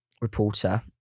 reporter